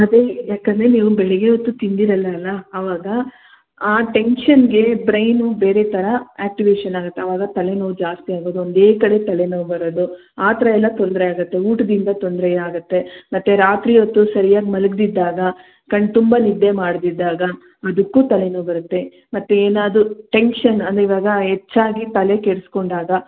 ಅದೇ ಯಾಕಂದರೆ ನೀವು ಬೆಳಿಗ್ಗೆ ಹೊತ್ತು ತಿಂದಿರಲ್ಲ ಅಲ್ಲ ಆವಾಗ ಆ ಟೆನ್ಶನ್ಗೆ ಬ್ರೈನು ಬೇರೆ ಥರ ಆಕ್ಟಿವೇಶನ್ ಆಗತ್ತೆ ಆವಾಗ ತಲೆನೋವು ಜಾಸ್ತಿಯಾಗೋದು ಒಂದೇ ಕಡೆ ತಲೆನೋವು ಬರೋದು ಆ ಥರ ಎಲ್ಲ ತೊಂದರೆ ಆಗತ್ತೆ ಊಟದಿಂದ ತೊಂದರೆಯಾಗತ್ತೆ ಮತ್ತೆ ರಾತ್ರಿ ಹೊತ್ತು ಸರ್ಯಾಗಿ ಮಲಗದಿದ್ದಾಗ ಕಣ್ಣು ತುಂಬ ನಿದ್ದೆ ಮಾಡದಿದ್ದಾಗ ಅದಕ್ಕೂ ತಲೆನೋವು ಬರುತ್ತೆ ಮತ್ತೆ ಏನಾದ್ರೂ ಟೆನ್ಶನ್ ಅನ್ರ್ ಈವಾಗ ಹೆಚ್ಚಾಗಿ ತಲೆ ಕೆಡ್ಸಿಕೊಂಡಾಗ